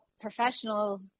professionals